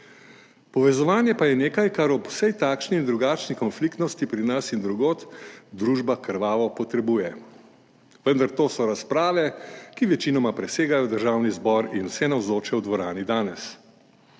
Povezovanje pa je nekaj, kar ob vsej takšni in drugačni konfliktnosti pri nas in drugod družba krvavo potrebuje. Vendar to so razprave, ki večinoma presegajo državni zbor in vse navzoče v dvorani danes.